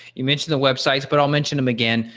you mentioned the websites but i'll mention them again.